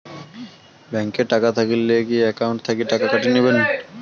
Bank এ টাকা থাকিলে কি একাউন্ট থাকি টাকা কাটি নিবেন?